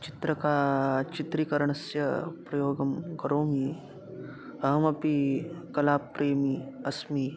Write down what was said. चित्रका चित्रीकरणस्य प्रयोगं करोमि अहमपि कलाप्रेमी अस्मि